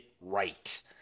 right